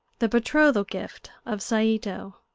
the betrothal gift of saito,